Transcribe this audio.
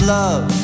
love